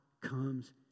comes